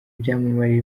byamamare